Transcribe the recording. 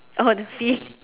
oh the feeling